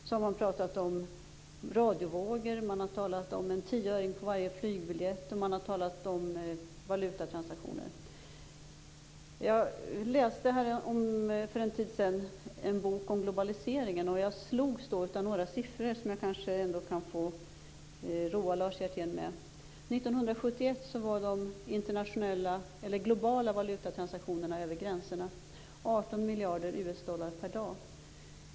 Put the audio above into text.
Det har talats om radiovågor, en tioöring på varje flygbiljett och valutatransaktioner. Jag läste för en tid sedan en bok om globaliseringen. Jag slogs då av några siffror som jag kan få roa Lars Hjertén med. År 1971 var de globala valutatransaktionerna över gränserna 18 miljarder USD per dag.